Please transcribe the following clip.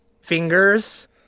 fingers